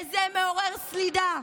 וזה מעורר סלידה.